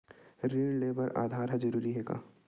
ऋण ले बर आधार ह जरूरी हे का?